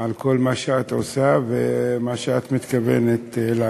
על כל מה שאת עושה ומה שאת מתכוונת לעשות.